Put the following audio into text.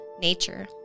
nature